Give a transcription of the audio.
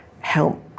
help